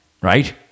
Right